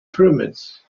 pyramids